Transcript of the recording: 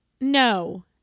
No